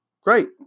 Great